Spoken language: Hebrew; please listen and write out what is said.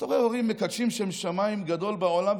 אתה רואה הורים מקדשים שם שמיים גדול בעולם,